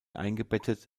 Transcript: eingebettet